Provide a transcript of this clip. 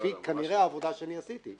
כנראה לפי העבודה שעשיתי.